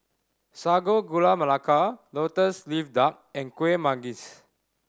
Sago Gula Melaka Lotus Leaf Duck and Kueh Manggis